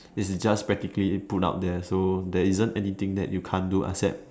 is just practically put out there so there isn't anything you can't do except